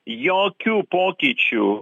jokių pokyčių